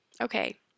Okay